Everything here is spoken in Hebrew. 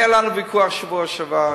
בשבוע שעבר